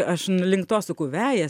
aš n link to suku vejas